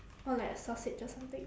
or like a sausage or something